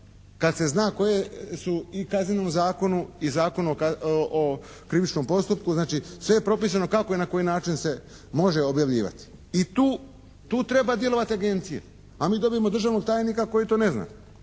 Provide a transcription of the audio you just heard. kad se zna koje su i Kaznenom zakonu i Zakonu o krivičnom postupku, znači sve je propisano kako i na koji način se može objavljivati. I tu treba djelovati agencija, a mi dobijemo državnog tajnika koji to ne zna.